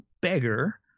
beggar